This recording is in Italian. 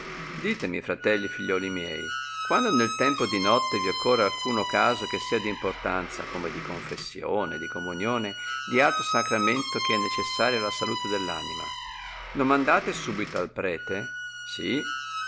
ditemi fratelli e figliuoli miei quando nel tempo di notte vi occorre alcuno caso che sia d importanza come di confessione di comunione di altro sacramento che è necessario alla salute dell anima non mandate subito al prete sì